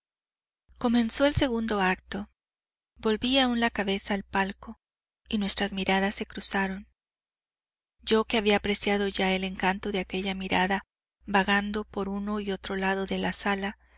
comenzó el segundo acto volví aún la cabeza al palco y nuestras miradas se cruzaron yo que había apreciado ya el encanto de aquella mirada vagando por uno y otro lado de la sala